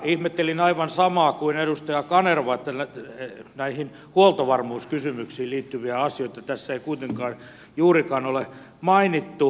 ihmettelin aivan samaa kuin edustaja kanerva että näihin huoltovarmuuskysymyksiin liittyviä asioita tässä ei kuitenkaan juurikaan ole mainittu